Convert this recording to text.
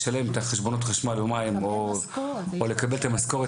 לשלם את חשבונות החשמל או מים או לקבל את המשכורת,